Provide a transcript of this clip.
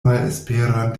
malesperan